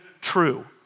true